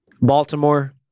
Baltimore